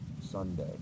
Sunday